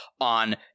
on